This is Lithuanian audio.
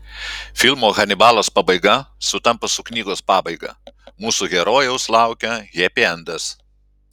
filmo hanibalas pabaiga sutampa su knygos pabaiga mūsų herojaus laukia hepiendas